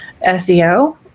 SEO